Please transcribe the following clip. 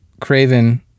Craven